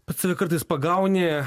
pats save kartais pagauni